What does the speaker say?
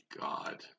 God